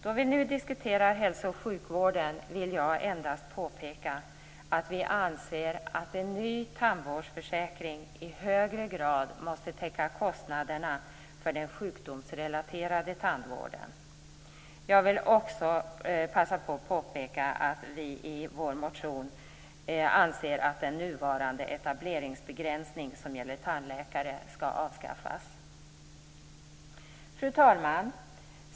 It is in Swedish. Då vi nu diskuterar hälso och sjukvården, vill jag endast påpeka att vi anser att en ny tandvårdsförsäkring i högre grad måste täcka kostnaderna för den sjukdomsrelaterade tandvården. Jag vill också passa på att påpeka att vi i vår motion anser att den nuvarande etableringsbegränsning som gäller tandläkare skall avskaffas. Fru talman!